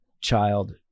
child